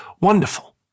Wonderful